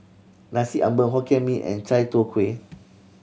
Nasi Ambeng Hokkien Mee and chai tow kway